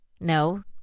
No